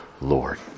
Lord